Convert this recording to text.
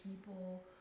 people